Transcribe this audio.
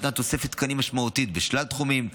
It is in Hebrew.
ניתנה תוספת תקנים משמעותית בשלל תחומים,